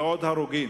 ועוד הרוגים.